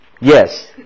Yes